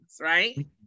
right